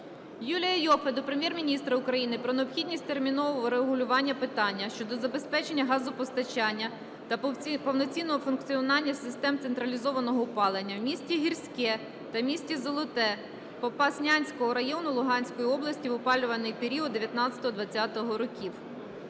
Юлія Іоффе до Прем'єр-міністра України про необхідність термінового врегулювання питання щодо забезпечення газопостачання та повноцінного функціонування систем централізованого опалення в місті Гірське та місті Золоте Попаснянського району Луганської області в опалювальний період 2019/2020 років.